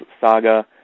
Saga